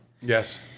Yes